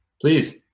Please